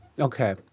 Okay